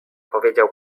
powiedział